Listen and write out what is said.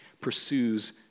pursues